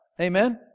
Amen